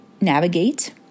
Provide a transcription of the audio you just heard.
navigate